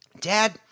Dad